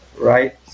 right